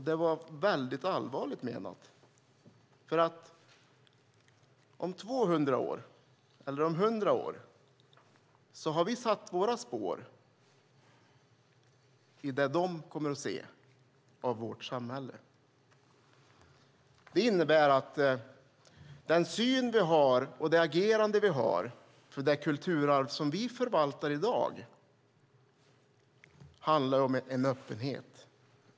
Det var allvarligt menat, för om 200 eller 100 år har vi satt våra spår i det de kommer att se av vårt samhälle. Det innebär att den syn vi har på och det agerande vi har när det gäller det kulturarv som vi förvaltar i dag handlar om en öppenhet.